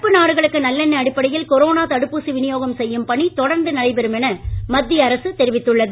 நட்பு நாடுகளுக்கு நல்லெண்ண அடிப்படையில் கொரோனா தடுப்பூசி விநியோகம் செய்யும் பணி தொடர்ந்து நடைபெறும் என மத்திய அரசு தெரிவித்துள்ளது